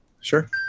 Sure